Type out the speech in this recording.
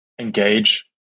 engage